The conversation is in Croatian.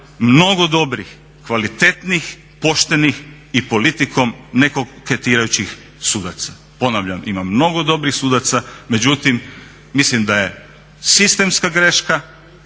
mnogo dobrih, kvalitetnih, poštenih i politikom ne koketirajućih sudaca. Ponavljam, ima mnogo dobrih sudaca međutim mislim da je sistemska greška